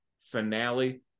finale